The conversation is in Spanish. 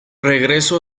regresó